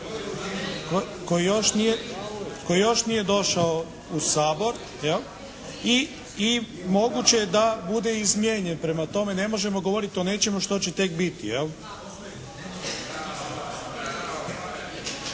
koji još nije došao u Sabor jel' i moguće je da bude izmijenjen. Prema tome, ne možemo govoriti o nečemu što će tek biti